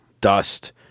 Dust